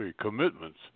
commitments